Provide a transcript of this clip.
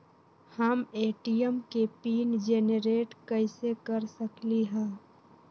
हम ए.टी.एम के pin generate कईसे कर सकली ह?